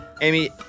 Amy